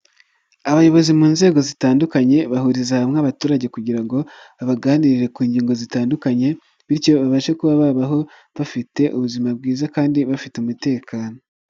Abayobozi mu nzego zitandukanye bahuriza hamwe abaturage kugira ngo, babaganirire ku ngingo zitandukanye, bityo babashe kuba babaho, bafite ubuzima bwiza kandi bafite umutekano.